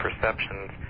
perceptions